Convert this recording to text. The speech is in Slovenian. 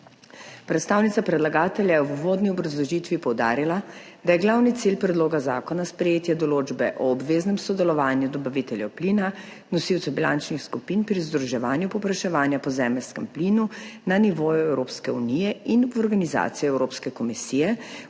Predstavnica predlagatelja je v uvodni obrazložitvi poudarila, da je glavni cilj predloga zakona sprejetje določbe o obveznem sodelovanju dobaviteljev plina, nosilcev bilančnih skupin pri združevanju povpraševanja po zemeljskem plinu na nivoju Evropske unije in v organizaciji Evropske komisije